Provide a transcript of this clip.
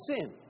sin